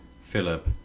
Philip